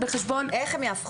איך הם יהפכו?